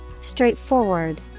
Straightforward